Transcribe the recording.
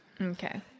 Okay